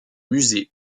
musée